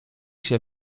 się